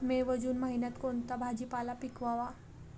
मे व जून महिन्यात कोणता भाजीपाला पिकवावा?